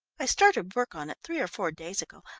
i started work on it three or four days ago.